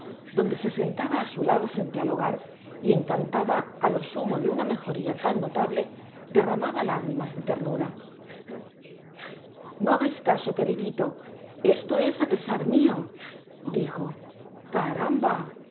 donde se sentaba á su lado frente el bogar y encantada á lo sumo do una mejoria tan notable derramaba lágrimas de ternura no hagais caso queridito esto es á pesar mio dijocaramba ahora ya